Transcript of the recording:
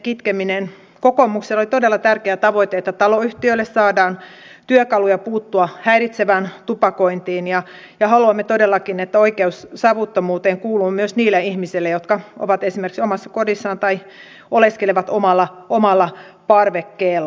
kokoomukselle oli todella tärkeä tavoite että taloyhtiöille saadaan työkaluja puuttua häiritsevään tupakointiin ja haluamme todellakin että oikeus savuttomuuteen kuuluu myös niille ihmisille jotka ovat esimerkiksi omassa kodissaan tai oleskelevat omalla parvekkeella